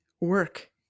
work